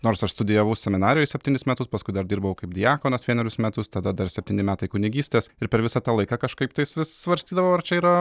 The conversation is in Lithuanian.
nors aš studijavau seminarijoj septynis metus paskui dar dirbau kaip diakonas vienerius metus tada dar septyni metai kunigystės ir per visą tą laiką kažkaip tais vis svarstydavau ar čia yra